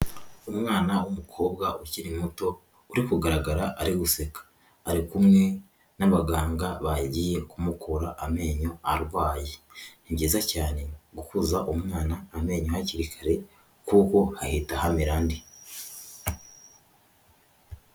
Umwana w'umukobwa ukiri muto, uri kugaragara ari guseka. Ari kumwe n'abaganga bagiye kumukura amenyo arwaye. Ni byiza cyane gukura umwana amenyo hakiri kare kuko hahita hamera andi.